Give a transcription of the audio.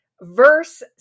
verse